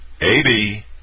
AB